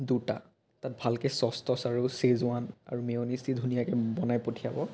দুটা তাত ভালকৈ চ'ছ তছ আৰু ছেজৱান আৰু মেঅ'নিজ দি ধুনীয়াকৈ বনাই পঠিয়াব